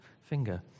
finger